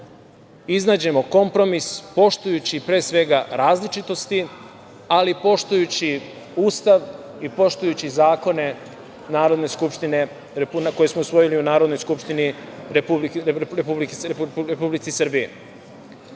iznađemo kompromis, poštujući pre svega različitosti, ali poštujući Ustav i poštujući zakone koje smo usvojili u Narodnoj skupštini Republike Srbije. Srbija